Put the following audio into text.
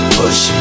push